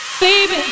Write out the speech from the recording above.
Baby